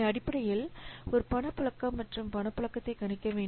அடிப்படையில் ஒரு பணப்புழக்கம் மற்றும் பணப்புழக்கத்தை கணிக்க வேண்டும்